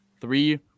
Three